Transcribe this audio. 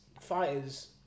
fighters